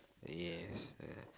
yes uh